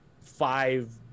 five